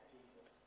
Jesus